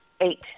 Eight